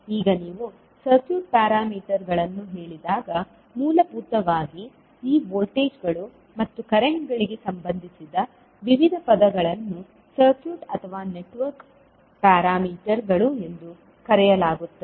ಈಗ ನೀವು ಸರ್ಕ್ಯೂಟ್ ಪ್ಯಾರಾಮೀಟರ್ಗಳನ್ನು ಹೇಳಿದಾಗ ಮೂಲಭೂತವಾಗಿ ಈ ವೋಲ್ಟೇಜ್ಗಳು ಮತ್ತು ಕರೆಂಟ್ಗಳಿಗೆ ಸಂಬಂಧಿಸಿದ ವಿವಿಧ ಪದಗಳನ್ನು ಸರ್ಕ್ಯೂಟ್ ಅಥವಾ ನೆಟ್ವರ್ಕ್ ಪ್ಯಾರಾಮೀಟರ್ಗಳು ಎಂದು ಕರೆಯಲಾಗುತ್ತದೆ